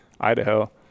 Idaho